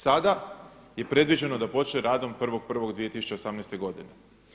Sada je predviđeno da počne radom 1.1.2018. godine.